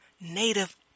native